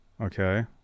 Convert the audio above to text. okay